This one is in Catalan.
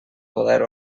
poder